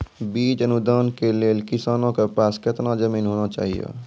बीज अनुदान के लेल किसानों के पास केतना जमीन होना चहियों?